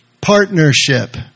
Partnership